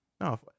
no